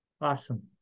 Awesome